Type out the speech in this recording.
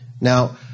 Now